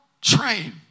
train